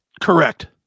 Correct